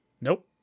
nope